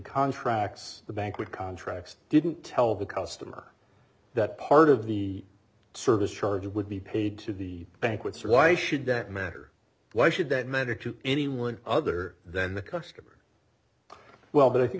contracts the bank with contracts didn't tell the customer that part of the service charge would be paid to the bank with so why should that matter why should that matter to anyone other than the customer well but i think